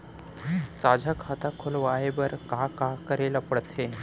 साझा खाता खोलवाये बर का का करे ल पढ़थे?